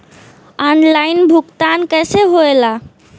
Online भुगतान कैसे होए ला?